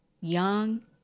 young